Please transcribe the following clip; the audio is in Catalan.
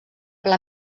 pla